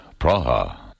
Praha